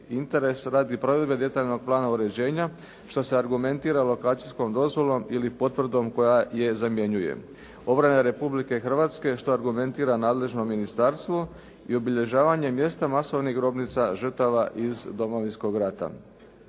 interes radi provedbe detaljnog plana uređenja što se argumentira lokacijskom dozvolom ili potvrdom koja je zamjenjuje. Obrana Republike Hrvatske što argumentira nadležno ministarstvo i obilježavanje mjesta masovnih grobnica žrtava iz Domovinskog rata.